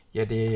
Yade